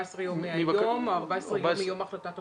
מהיום או מיום החלטת הממשלה?